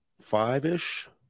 five-ish